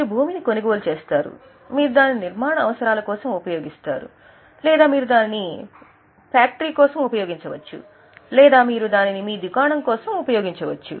మీరు భూమిని కొనుగోలు చేస్తారు మీరు దీనిని నిర్మాణ అవసరాల కోసం ఉపయోగిస్తారు లేదా మీరు దానిని ఫ్యాక్టరీ కోసం ఉపయోగించవచ్చు లేదా మీరు దానిని మీ దుకాణం కోసం ఉపయోగించవచ్చు